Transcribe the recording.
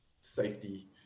safety